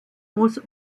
muss